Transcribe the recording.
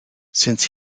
since